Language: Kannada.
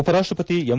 ಉಪರಾಷ್ಟ್ರಪತಿ ಎಂ